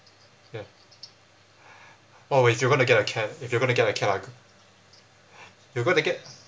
ya oh wait if you're going to get a cat if you're going to get a cat ah you going to get